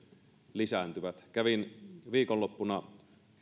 lisääntyvät kävin viikonloppuna